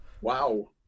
Wow